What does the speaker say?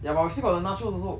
ya but we still got the nachos also